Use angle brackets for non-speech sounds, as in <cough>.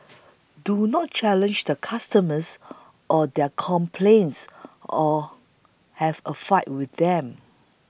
<noise> do not challenge the customers or their complaints or have a fight with them